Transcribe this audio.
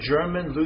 German